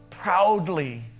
Proudly